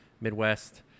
Midwest